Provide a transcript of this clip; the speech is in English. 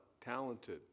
talented